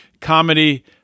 comedy